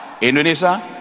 Indonesia